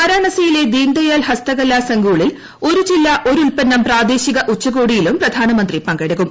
വാരാണസിയിലെ ദീൻദയാൽ ഹസ്തകല സംഗൂളിൽ ഒരു ജില്ല ഒരു ഉൽപ്പന്നം പ്രാദേശിക ഉച്ചകോട്ടിയിലും പ്രധാന മന്ത്രി പങ്കെടുക്കും